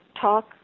talk